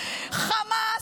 חמאס,